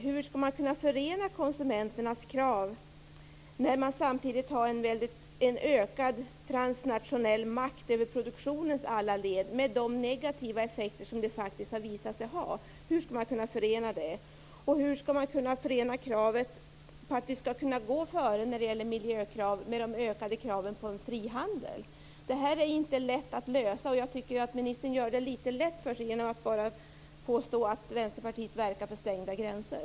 Hur skall man kunna förena konsumenternas krav när man samtidigt har en ökad transnationell makt över produktionens alla led med de negativa effekter som detta har visat sig ha? Hur skall man kunna förena detta? Och hur skall man kunna förena kravet på att vi skall kunna gå före med våra miljökrav med tanke på de ökade kraven på frihandel? Detta är svåra frågor, men jag tycker att ministern gör det litet lätt för sig genom att bara påstå att Vänsterpartiet verkar för stängda gränser.